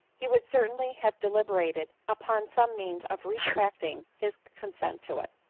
he would certainly have deliberated upon some means of retracting his consent to it.